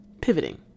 pivoting